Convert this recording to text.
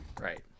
right